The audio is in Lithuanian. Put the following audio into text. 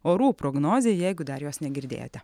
orų prognozei jeigu dar jos negirdėjote